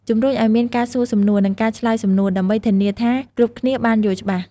ជំរុញឲ្យមានការសួរសំណួរ និងការឆ្លើយសំណួរ ដើម្បីធានាថាគ្រប់គ្នាបានយល់ច្បាស់។